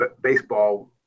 Baseball